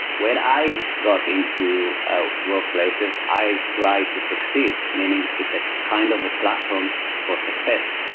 when i got into workplaces, i try to succeed. meaning it's a kind of a platform for success.